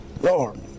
Lord